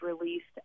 released